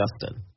Justin